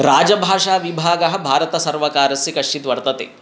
राजभाषाविभागः भारतसर्वकारस्य कश्चित् वर्तते